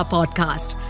Podcast